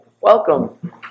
Welcome